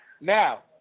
Now